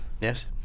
Yes